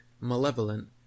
malevolent